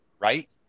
right